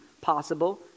possible